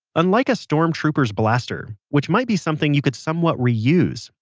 unlike a stormtrooper's blaster, which might be something you can somewhat reuse,